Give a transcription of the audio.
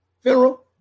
funeral